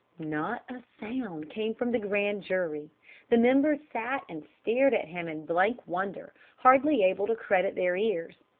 not a sound came from the grand jury the members sat and stared at him in blank wonder, hardly able to credit their ears.